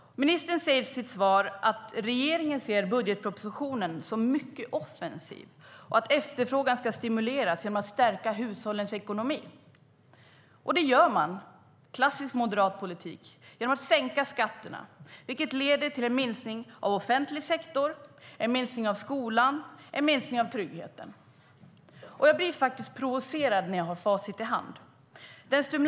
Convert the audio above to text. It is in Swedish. Ministern säger i sitt svar att regeringen ser budgetpropositionen som mycket offensiv och att efterfrågan ska stimuleras genom att stärka hushållens ekonomi. Och det gör man - klassisk moderat politik - genom att sänka skatterna, vilket leder till en minskning av offentlig sektor, en minskning av skolan och en minskning av tryggheten. Jag blir provocerad när jag har facit i hand.